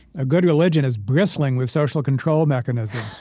a good religion is bristling with social control mechanisms